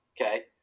Okay